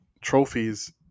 Trophies